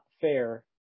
fair